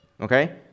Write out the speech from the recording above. Okay